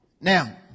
Now